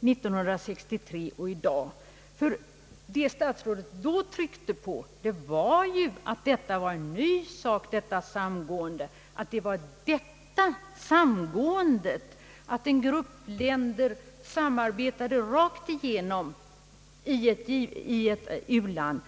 1963; då tryckte statsrådet på att det nya och stora var att en grupp länder gick tillsammans och samarbe tade hela vägen i ett u-land.